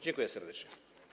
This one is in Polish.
Dziękuję serdecznie.